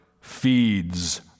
feeds